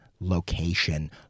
location